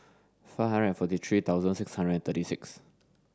five hundred and forty three thousand six hundred and thirty six